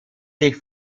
sich